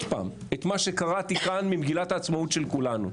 פעם את מה שקראתי כאן ממגילת העצמאות של כולנו.